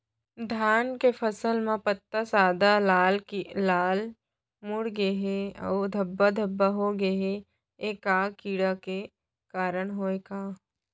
धान के फसल म पत्ता सादा, लाल, मुड़ गे हे अऊ धब्बा धब्बा होगे हे, ए का कीड़ा के कारण होय हे?